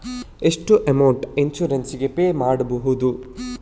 ಎಷ್ಟು amount insurance ಗೇ pay ಮಾಡುವುದು?